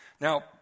Now